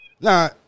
Now